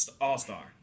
all-star